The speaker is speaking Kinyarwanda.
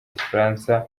ubufaransa